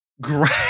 great